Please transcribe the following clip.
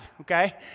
okay